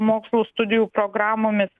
mokslų studijų programomi